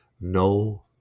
No